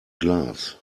glass